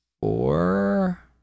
four